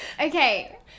Okay